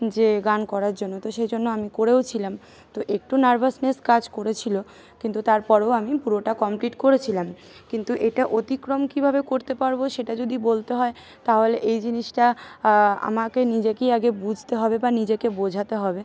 যে গান করার জন্য তো সেই জন্য আমি করেও ছিলাম তো একটু নার্ভাসনেস কাজ করেছিল কিন্তু তারপরও আমি পুরোটা কমপ্লিট করেছিলাম কিন্তু এটা অতিক্রম কীভাবে করতে পারবো সেটা যদি বলতে হয় তাহলে এই জিনিসটা আমাকে নিজেকেই আগে বুঝতে হবে বা নিজেকে বোঝাতে হবে